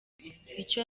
icyo